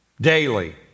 Daily